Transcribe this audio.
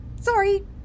Sorry